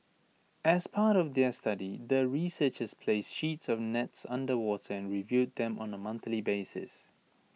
as part of their study the researchers placed sheets of nets underwater and reviewed them on A monthly basis